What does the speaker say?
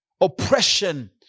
oppression